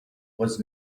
was